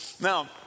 Now